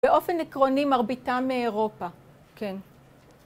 באופן עקרוני מרביתה מאירופה, כן.